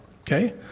okay